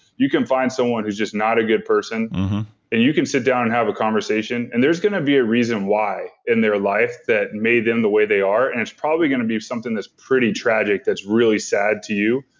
you can find someone who's just not a good person and you can sit down and have a conversation and there's going to be a reason why in their life that made them the way they are and it's probably going to be something that's pretty tragic that's really sad to you.